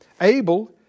Abel